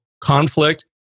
conflict